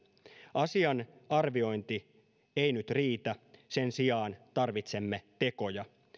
asian arviointi ei nyt riitä sen sijaan tarvitsemme tekoja